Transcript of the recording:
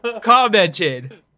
commented